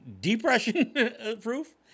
depression-proof